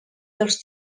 dels